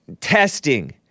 testing